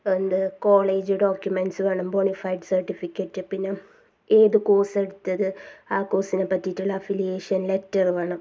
എന്ത് college documents വേണം bonafide certificate പിന്നെ ഏത് കോഴ്സ് എടുത്തത് ആ കോഴ്സിനെ പറ്റിയിട്ടുള്ള അഫിലിയേഷൻ ലെറ്റർ വേണം